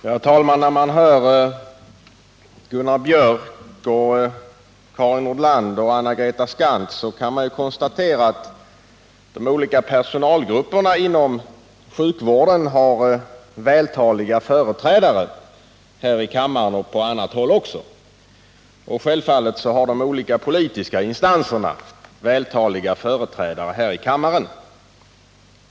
Herr talman! När man hör Gunnar Biörck i Värmdö, Karin Nordlander och Anna-Greta Skantz, kan man konstatera att de olika personalgrupperna inom sjukvården har vältaliga företrädare här i kammaren — och på annat håll också. Självfallet har de olika politiska instanserna vältaliga företrädare här i kammaren.